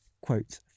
quote